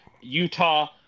Utah